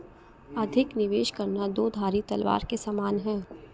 अधिक निवेश करना दो धारी तलवार के समान है